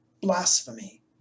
blasphemy